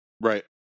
Right